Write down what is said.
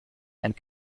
and